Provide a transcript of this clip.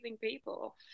people